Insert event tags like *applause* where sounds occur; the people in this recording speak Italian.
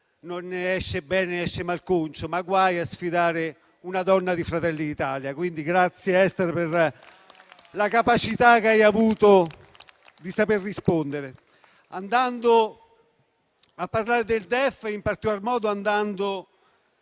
non ne esca bene e ne esca malconcio, ma guai a sfidare una donna di Fratelli d'Italia. Quindi, grazie Ester *applause* per la capacità che hai avuto di saper rispondere. Andando a parlare del DEF, vorrei in particolar modo